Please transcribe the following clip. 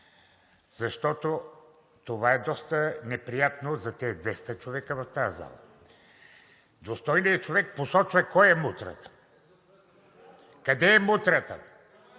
защото това е доста неприятно за тези 200 човека в тази зала. Достойният човек посочва кой е мутрата. Къде е мутрата?!